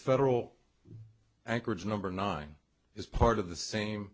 federal anchorage number nine is part of the same